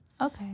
Okay